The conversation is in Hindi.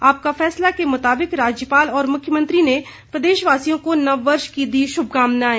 आपका फैसला के मुताबिक राज्यपाल और मुख्यमंत्री ने प्रदेशवासियों को नए वर्ष की दी शुभकामनाएं